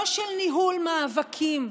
לא של ניהול מאבקים,